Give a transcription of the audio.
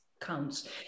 counts